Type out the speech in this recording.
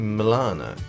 Milana